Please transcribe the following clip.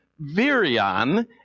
virion